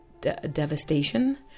devastation